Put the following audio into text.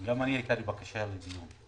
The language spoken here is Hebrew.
גם לי הייתה בקשה לדיון.